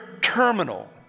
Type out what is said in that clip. terminal